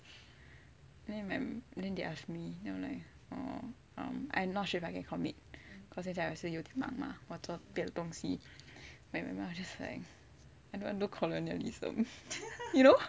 then and then they ask me then I'm like nah I'm not sure if I can commit cause 我现在也是有点忙 mah 我做别的东西 just like I don't wanna do colonialism you know